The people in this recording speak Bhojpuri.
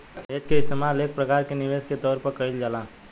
हेज के इस्तेमाल एक प्रकार के निवेश के तौर पर कईल जाला